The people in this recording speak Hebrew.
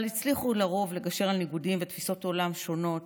אבל הצליחו לרוב לגשר על ניגודים ותפיסות עולם שונות